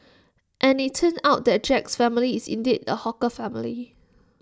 and IT turned out that Jack's family is indeed A hawker family